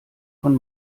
von